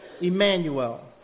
Emmanuel